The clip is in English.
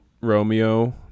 Romeo